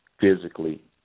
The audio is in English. physically